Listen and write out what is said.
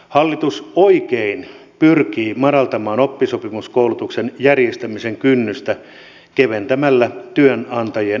hallitus oikein pyrkii madaltamaan oppisopimuskoulutuksen järjestämisen kynnystä keventämällä työnantajien hallinnollista taakkaa